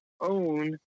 own